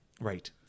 right